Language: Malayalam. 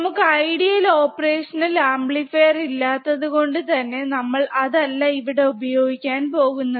നമുക്ക് ഐഡിയൽ ഓപ്പറേഷണൽ ആംപ്ലിഫയറർ ഇല്ലാത്തത്കൊണ്ട് തന്നെ നമ്മൾ അതല്ല ഇവിടെ ഉപയോഗിക്കാൻ പോകുന്നത്